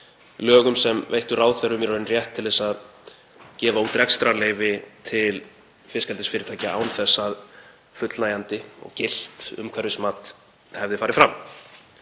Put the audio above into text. lögum sem veittu ráðherrum í raun rétt til þess að gefa út rekstrarleyfi til fiskeldisfyrirtækja án þess að fullnægjandi og gilt umhverfismat hefði farið fram.